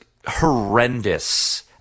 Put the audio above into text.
Horrendous